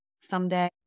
someday